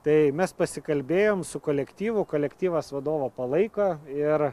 tai mes pasikalbėjom su kolektyvu kolektyvas vadovą palaiko ir